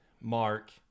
Mark